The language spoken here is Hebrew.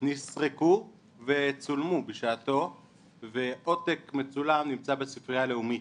נסרקו וצולמו בשעתו ועותק מצולם נמצא בספרייה הלאומית.